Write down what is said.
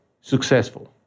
successful